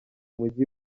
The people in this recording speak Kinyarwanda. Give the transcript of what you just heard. mujyi